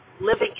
living